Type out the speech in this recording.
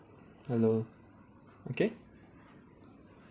hello okay